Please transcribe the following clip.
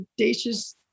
audacious